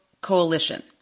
Coalition